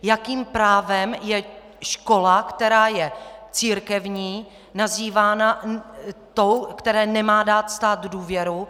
Jakým právem je škola, která je církevní, nazývána tou, které nemá dát stát důvěru?